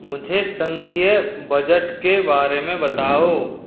मुझे संघीय बजट के बारे में बताओ